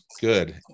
good